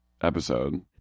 episode